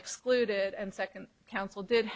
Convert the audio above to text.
excluded and second counsel did